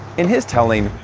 in his telling,